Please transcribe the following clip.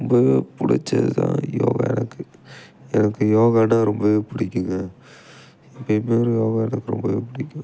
ரொம்பவே பிடிச்சதுதான் யோகா எனக்கு எனக்கு யோகானால் ரொம்பவே பிடிக்குங்க எப்பயுமே ஒரு யோகா எனக்கு ரொம்பவே பிடிக்கும்